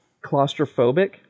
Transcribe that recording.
claustrophobic